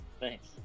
Thanks